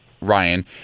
Ryan